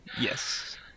Yes